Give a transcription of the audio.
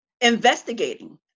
investigating